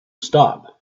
stop